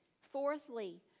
Fourthly